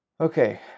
Okay